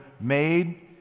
made